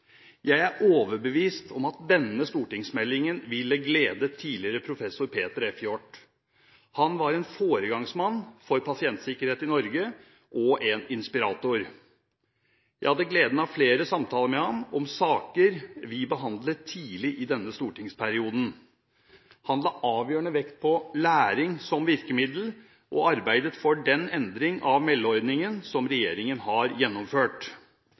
Jeg er overbevist om at denne stortingsmeldingen ville gledet professor Peter F. Hjort. Han var en foregangsmann for pasientsikkerhet i Norge og en inspirator. Jeg hadde gleden av å ha flere samtaler med ham om saker vi behandlet tidlig i denne stortingsperioden. Han la avgjørende vekt på læring som virkemiddel og arbeidet for den endring av meldeordningen som regjeringen har gjennomført.